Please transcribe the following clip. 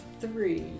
three